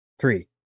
Three